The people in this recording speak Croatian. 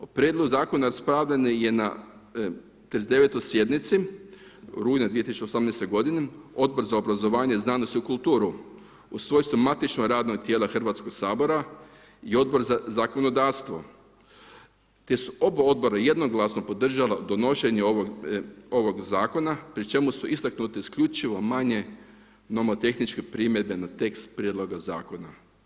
O Prijedlogu zakona raspravljano je na 39. sjednici rujna 2018. godine Odbor za obrazovanje, znanost i kulturu u svojstvu matičnog radnog tijela Hrvatskoga sabora i Odbor za zakonodavstvo te su oba odbora jednoglasno podržala donošenje ovoga zakona, pri čemu su istaknute isključivo manje nomotehničke primjedbe nas tekst Prijedloga zakona.